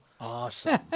Awesome